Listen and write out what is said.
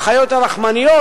האחיות הרחמניות,